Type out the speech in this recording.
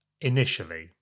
initially